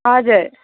हजुर